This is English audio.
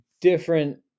different